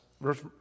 verse